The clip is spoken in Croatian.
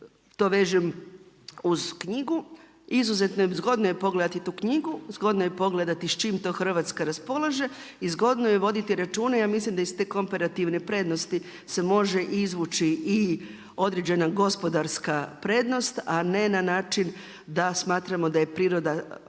to vežem uz knjigu. Izuzetno zgodno je pogledati tu knjigu, zgodno je pogledati s čim to Hrvatska raspolaže i zgodno je voditi računa. Ja mislim da iz te komparativne prednosti se može izvući i određena gospodarska prednost, a ne na način da smatramo da je priroda,